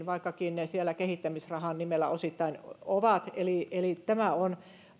vaikkakin ne siellä kehittämisrahan nimellä osittain ovat eli eli tämä on